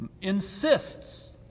insists